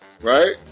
right